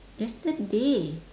yesterday